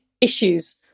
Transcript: issues